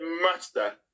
master